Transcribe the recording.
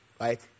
Right